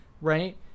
right